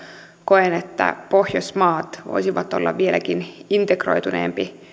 koen että pohjoismaat voisivat olla vieläkin integroituneempi